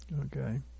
Okay